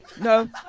No